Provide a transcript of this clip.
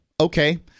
Okay